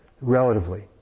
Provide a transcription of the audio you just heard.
relatively